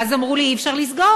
ואז אמרו לי: אי-אפשר לסגור,